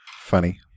Funny